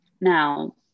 Now